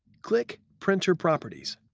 click printer properties.